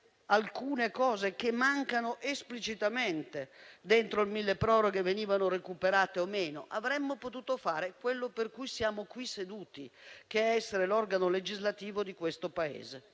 alcune misure che mancano esplicitamente nel milleproroghe venissero recuperate o meno. Avremmo potuto fare quello per cui siamo qui seduti, essere cioè l'organo legislativo di questo Paese.